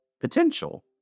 potential